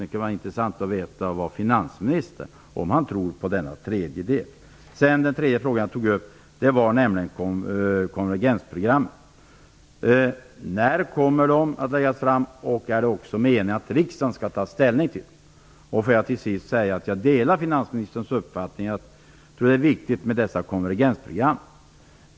Det kunde vara intressant att få veta om finansministern tror på denna tredje del. Den tredje frågan gällde konvergensprogrammen. När kommer de att läggas fram, och är det meningen att riksdagen skall ta ställning till dem? Jag delar finansministerns uppfattning att dessa konvergensprogram är viktiga.